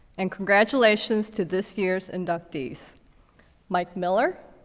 and congratulations to this year's inductees mike miller,